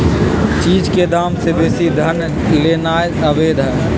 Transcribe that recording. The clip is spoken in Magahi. चीज के दाम से बेशी धन लेनाइ अवैध हई